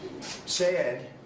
sad